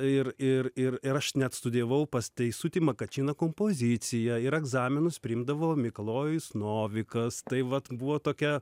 ir ir ir ir aš net studijavau pas teisutį makačiną kompoziciją ir egzaminus priimdavo mikalojus novikas tai vat buvo tokia